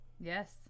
Yes